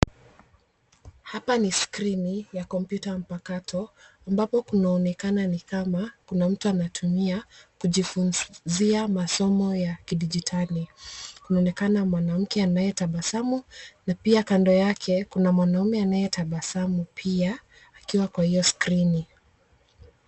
Hapa ni skrini ya kompyuta mpakato ambapo kunaonekana nikama kuna mtu anatumia kujifunzia masomo ya kidijitali, inaonekana mwanamke anayetabasamu na pia kando yake kuna mwanaume anayetabasamu pia akiwa kwa hiyo skrini.